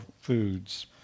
foods